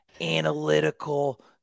analytical